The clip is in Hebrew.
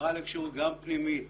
גם פנימית